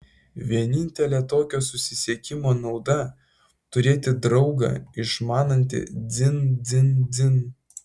vienintelė tokio susisiekimo nauda turėti draugą išmanantį dzin dzin dzin